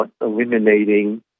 eliminating